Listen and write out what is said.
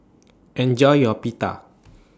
Enjoy your Pita